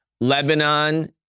Lebanon